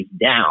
down